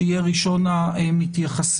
שיהיה ראשון המתייחסים,